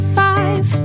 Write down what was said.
five